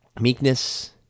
meekness